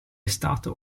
stato